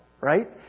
right